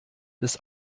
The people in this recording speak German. des